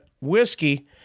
whiskey